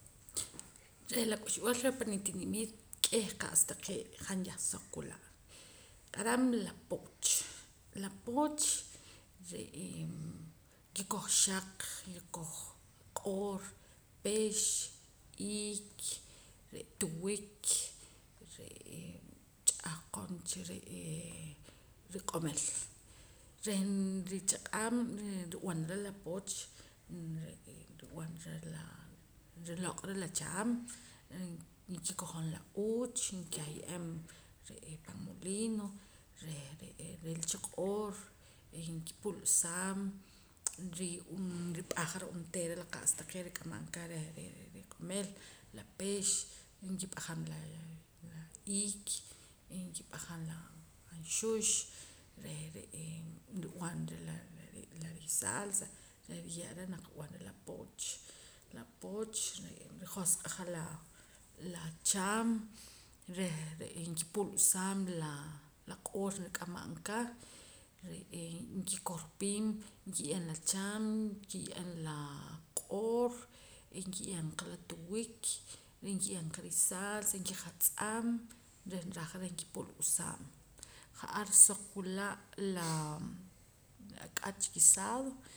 Reh la k'uxb'al reh pan nitinimiit k'eh qa'sa taqee' han yah soq wula' q'aram la pooch la pooch re'ee nkikoj xaq kikoj q'oor pix iik re' tuwik re'ee ch'ahqon re'ee riq'omil reh richaq'aam reh nrib'anara la pooch nrub'anara laa nriloq'ra la chaam nkikojom la uuch kah ye'eem pan molino reh re'ee rilacha q'oor reh nkipu'lsaam nrip'ajara onteera la qa'sa taqee' rik'amam ka reh riq'omil la pix nkip'ajam la iik nkip'ajam la anxux reh re'ee nrib'anara la risalsa reh nriye'ra naq nrib'anara la pooch la pooch nrijoq'aja la la chaam reh re' nkipu'lsaam la q'oor kik'amam ka re'ee nkikorpiim nkiye'eem la chaam kiye'eem la q'oor y nkiye'eem qa la tiwik reh nkiye'em qa risalsa kijatz'am reh raja reh nkipu'lsaam ja'ar soq wila' la laa ak'ach guisado